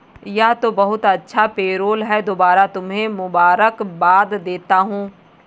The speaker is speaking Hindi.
यह तो बहुत अच्छा पेरोल है दोबारा तुम्हें मुबारकबाद भेजता हूं